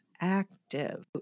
active